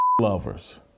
lovers